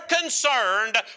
concerned